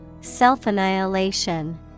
Self-annihilation